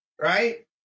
Right